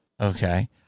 okay